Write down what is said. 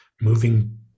moving